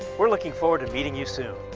we're looking forward to meeting you soon.